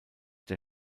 der